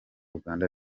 uganda